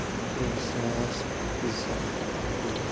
ترٕٛہ ساس زٕ ہَتھ تہٕ اَٹھووُہ